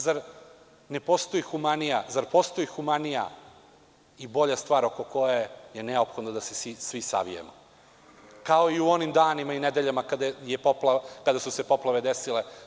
Zar postoji humanija i bolja stvar oko koje je neophodno da se svi savijamo, kao i u onim danima i nedeljama kada su se poplave desile?